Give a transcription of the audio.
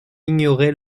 ignorait